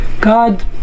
God